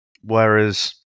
Whereas